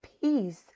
peace